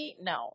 no